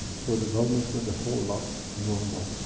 so developments get the whole lot in one go.